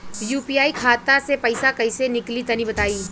UPI खाता से पइसा कइसे निकली तनि बताई?